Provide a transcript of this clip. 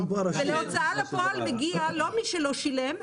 ולהוצאה לפועל מגיע לא מי שלא שילם,